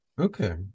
okay